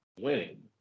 winning